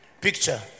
picture